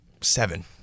seven